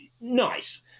nice